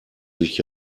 sich